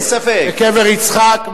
בקבר יצחק,